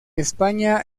españa